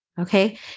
Okay